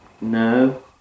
No